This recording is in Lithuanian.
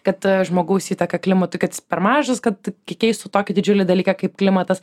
kad žmogaus įtaka klimatui kad jis per mažas kad keistų tokį didžiulį dalyką kaip klimatas